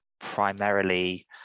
primarily